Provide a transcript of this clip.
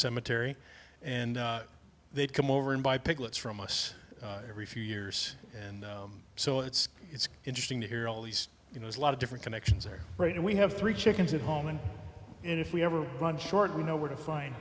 cemetery and they'd come over and buy piglets from us every few years and so it's it's interesting to hear all these you know a lot of different connections are right and we have three chickens at home and if we ever run short we know where to find